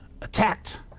attacked